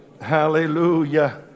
Hallelujah